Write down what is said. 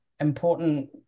important